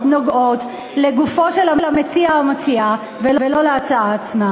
נוגעות לגופו של המציע ולא להצעה עצמה?